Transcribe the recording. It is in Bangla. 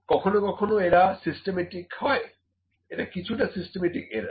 কখনো কখনো এরা সিস্টেমেটিক হয় এটা কিছুটা সিস্টেমেটিক এরার